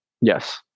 yes